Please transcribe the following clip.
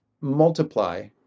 multiply